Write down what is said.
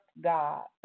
God